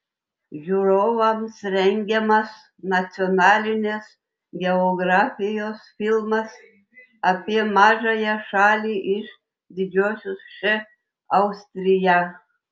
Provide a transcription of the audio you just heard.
žiūrovams rengiamas nacionalinės geografijos filmas apie mažąją šalį iš didžiosios š austriją